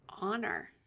Honor